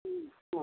ହୁଁ ହଁ